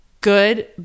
good